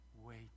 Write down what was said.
Wait